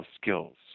skills